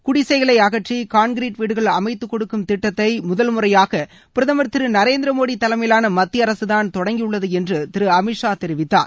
குடிசைகளை அகற்றி கான்கிரிட் வீடுகள் அமைத்துக்கொடுக்கும் திட்டத்தை முதல் முறையாக பிரதமர் திரு நரேந்திரமோடி தலைமையிலான மத்திய அரசுதான் தொடங்கியுள்ளது என்று திரு அமித்ஷா தெரிவித்தார்